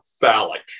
phallic